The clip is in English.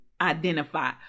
identify